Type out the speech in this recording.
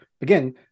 again